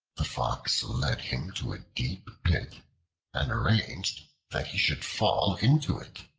the fox led him to a deep pit and arranged that he should fall into it.